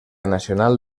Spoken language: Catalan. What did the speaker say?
nacional